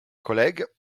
collègues